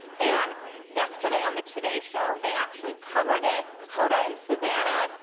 and yesterday, on the today show, they actually covered it, hoda and savannah,